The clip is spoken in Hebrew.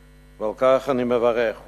ועל כך אני מברך.